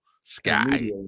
sky